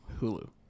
Hulu